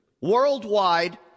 Worldwide